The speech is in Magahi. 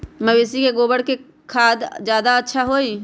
मवेसी के गोबर के खाद ज्यादा अच्छा होई?